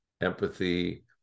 empathy